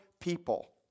people